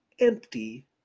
empty